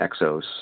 Exos